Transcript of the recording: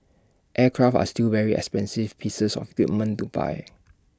aircraft are still very expensive pieces of equipment to buy